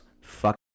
Fuck